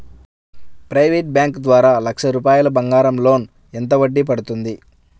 Private bank ద్వారా లక్ష రూపాయలు బంగారం లోన్ ఎంత వడ్డీ పడుతుంది?